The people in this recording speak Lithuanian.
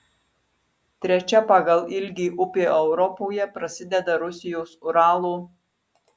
trečia pagal ilgį upė europoje prasideda rusijos uralo